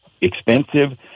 expensive